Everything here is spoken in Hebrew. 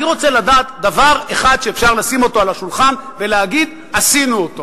אני רוצה לדעת דבר אחד שאפשר לשים אותו על השולחן ולהגיד: עשינו אותו.